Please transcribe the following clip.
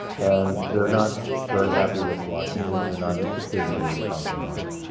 and they're not very happy with washington. they're not interested in the word compromise.